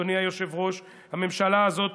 אדוני היושב-ראש: הממשלה הזאת